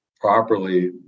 properly